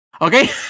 Okay